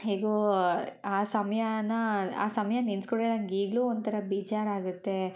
ಹೇಗೋ ಆ ಸಮಯನ ಆ ಸಮಯ ನೆನ್ಸ್ಕೊಂಡ್ರೆ ನಂಗೆ ಈಗಲೂ ಒಂಥರ ಬೇಜಾರಾಗುತ್ತೆ